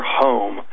home